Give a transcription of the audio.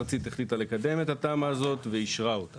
לימור סון הר מלך (עוצמה יהודית): אבל אני לא חושבת שאתה בוגד.